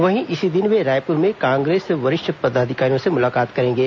वहीं इसी दिन वे रायपुर में कांग्रेस वरिष्ठ पदाधिकारियों से मुलाकात करेंगे